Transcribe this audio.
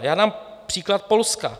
Já dám příklad Polska.